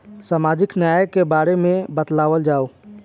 सामाजिक न्याय के बारे में बतावल जाव?